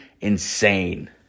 insane